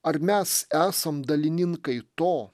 ar mes esam dalininkai to